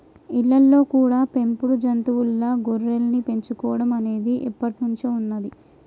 ఇళ్ళల్లో కూడా పెంపుడు జంతువుల్లా గొర్రెల్ని పెంచుకోడం అనేది ఎప్పట్నుంచో ఉన్నది